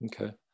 Okay